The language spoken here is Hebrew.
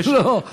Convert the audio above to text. זה לא,